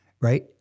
Right